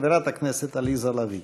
חברת הכנסת עליזה לביא.